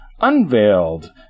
unveiled